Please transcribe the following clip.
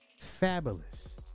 Fabulous